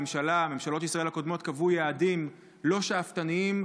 ממשלות ישראל הקודמות קבעו יעדים לא שאפתניים,